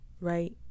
Right